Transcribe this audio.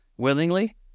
Willingly